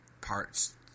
parts